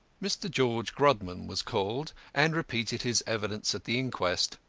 mr. george grodman was called, and repeated his evidence at the inquest.